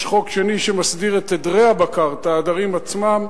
יש חוק שני שמסדיר את עדרי הבקר, את העדרים עצמם,